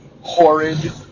Horrid